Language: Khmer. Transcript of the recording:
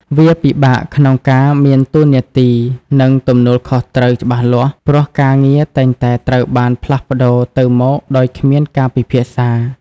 វាពិបាកក្នុងការមាន តួនាទី និងទំនួលខុសត្រូវច្បាស់លាស់ ព្រោះការងារតែងតែត្រូវបានផ្លាស់ប្តូរទៅមកដោយគ្មានការពិភាក្សា។